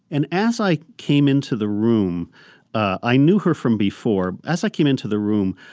and as i came into the room i knew her from before. as i came into the room,